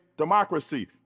democracy